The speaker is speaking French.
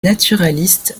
naturaliste